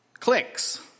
Clicks